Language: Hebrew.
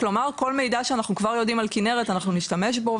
כלומר כל מידע שאנחנו כבר יודעים על כנרת אנחנו נשתמש בו,